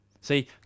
See